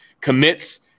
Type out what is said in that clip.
commits